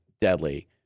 deadly